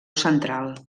central